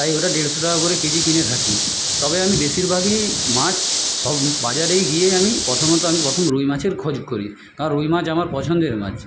তাই ওটা দেড়শো টাকা করে কেজি কিনে থাকি তবে আমি বেশিরভাগই মাছ সব বাজারে গিয়েই আমি প্রথমত আমি প্রথম রুই মাছের খোঁজ করি কারণ রুই মাছ আমার পছন্দের মাছ